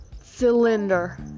cylinder